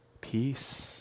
peace